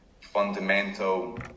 fundamental